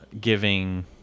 giving